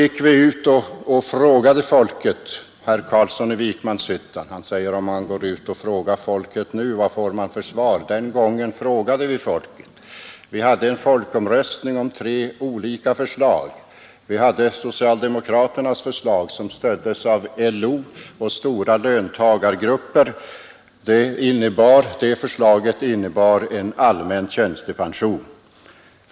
Herr Carlsson i Vikmanshyttan undrar: Om man går ut och frågar folket nu, vad får man för svar? Den gången gick vi ut och frågade folket. Vi hade en folkomröstning om tre olika förslag. Vi hade socialdemokraternas förslag som stöddes av LO och stora löntagargrupper. Det förslaget innebar en allmän tjänstepension.